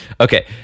Okay